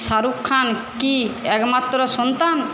শাহরুখ খান কি একমাত্র সন্তান